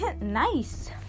nice